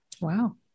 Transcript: wow